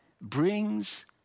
brings